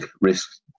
risk